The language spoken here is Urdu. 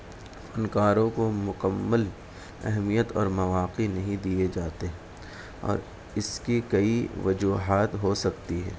فن کاروں کو مکمل اہمیت اور مواقع نہیں دیے جاتے اور اس کی کئی وجوہات ہو سکتی ہے